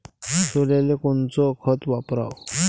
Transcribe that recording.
सोल्याले कोनचं खत वापराव?